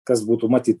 kas būtų matyt